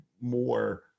more